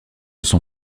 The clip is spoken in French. son